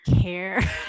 care